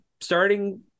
starting